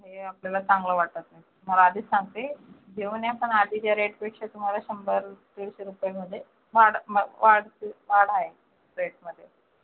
हे आपल्याला चांगलं वाटतं नाही तुम्हाला आधीच सांगते घेऊन या पण आधीच्या रेटपेक्षा तुम्हाला शंभर दीडशे रुपये मधे वाढ म वाढतील वाढ आहे रेटमध्ये